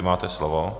Máte slovo.